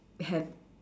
have